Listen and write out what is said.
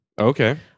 Okay